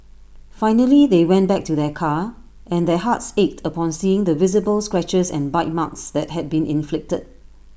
finally they went back to their car and their hearts ached upon seeing the visible scratches and bite marks that had been inflicted